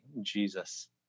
jesus